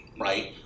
right